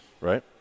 Right